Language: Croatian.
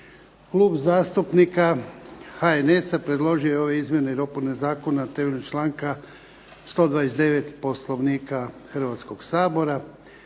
Klub zastupnika HNS-a predložio je ove izmjene i dopune Zakona temeljem članka 129. Poslovnika Hrvatskoga sabora,